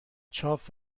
چاپ